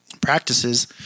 practices